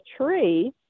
tree